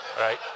Right